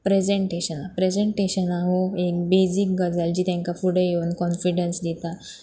प्रेजेंनटेशना प्रेजेंनटेशना हो एक बेजीक गजाल जी तांकां फुडें येवन कॉन्फिडंस दिता